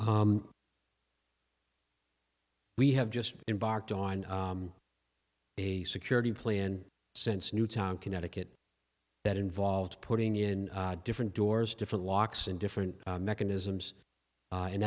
we have just embarked on a security plan since newtown connecticut that involved putting in different doors different walks and different mechanisms an